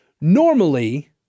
Normally